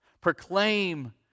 Proclaim